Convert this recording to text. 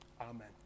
Amen